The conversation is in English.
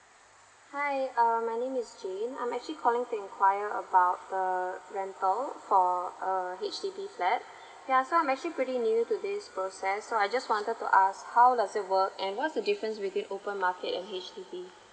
hi um my name is jane I'm actually calling to enquire about the rental for uh H_D_B flat yeah so I'm actually pretty new to this process so I just wanted to ask how does it work and what's the difference between open market and H_D_B